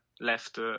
left